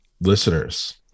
listeners